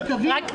סגרנו.